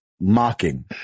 mocking